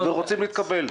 תלמידים רוצים להתקבל.